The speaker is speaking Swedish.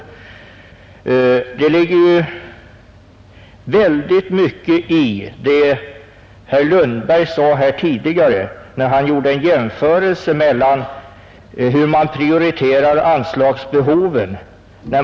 Det ligger ju väldigt mycket i det herr Lundberg sade här tidigare, när han gjorde en jämförelse mellan hur man prioriterar anslagsbehoven.